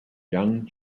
young